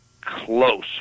close